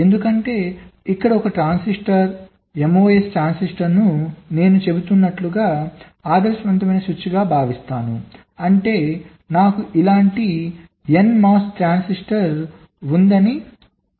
ఎందుకంటే ఇక్కడ ఒక ట్రాన్సిస్టర్ MOS ట్రాన్సిస్టర్ను నేను చెబుతున్నట్లుగా ఆదర్శవంతమైన స్విచ్గా భావిస్తాను అంటే నాకు ఇలాంటి N MOS ట్రాన్సిస్టర్ ఉందని అనుకుందాం